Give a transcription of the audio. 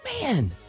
Man